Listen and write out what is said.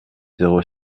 zéro